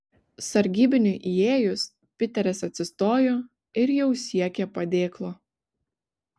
sargybiniui įėjus piteris atsistojo ir jau siekė padėklo